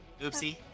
oopsie